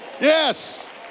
Yes